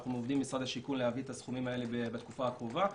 ואנחנו עובדים עם משרד השיכון להביא את הסכומים האלה בתקופה הקרובה.